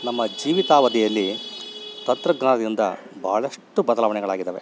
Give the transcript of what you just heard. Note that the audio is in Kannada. ನಮ್ಮ ಜೀವಿತಾವಧಿಯಲ್ಲಿ ತಂತ್ರಜ್ಞಾನದಿಂದ ಭಾಳಷ್ಟೂ ಬದ್ಲಾವಣೆಗಳಾಗಿದಾವೆ